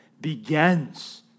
begins